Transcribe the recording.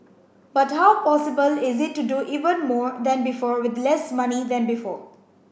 but how possible is it to do even more than before with less money than before